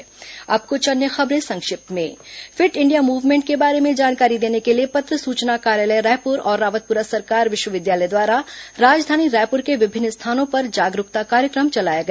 संक्षिप्त समाचार अब कुछ अन्य खबरें संक्षिप्त में फिट इंडिया मूवमेंट के बारे में जानकारी देने के लिए पत्र सूचना कार्यालय रायपुर और रावतपुरा सरकार विश्वविद्यालय द्वारा राजधानी रायपुर के विभिन्न स्थानों पर जागरूकता कार्यक्रम चलाया गया